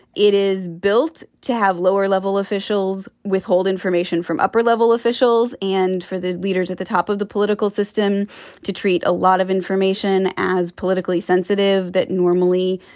it is built to have lower level officials withhold information from upper level officials. and for the leaders at the top of the political system to treat a lot of information as politically sensitive. that normally,